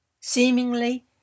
Seemingly